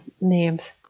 names